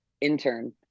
intern